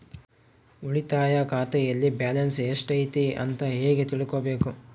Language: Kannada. ಉಳಿತಾಯ ಖಾತೆಯಲ್ಲಿ ಬ್ಯಾಲೆನ್ಸ್ ಎಷ್ಟೈತಿ ಅಂತ ಹೆಂಗ ತಿಳ್ಕೊಬೇಕು?